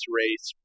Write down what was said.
race